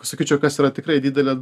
ko sakyčiau kas yra tikrai didelė